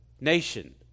nation